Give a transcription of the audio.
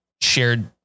shared